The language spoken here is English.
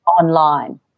online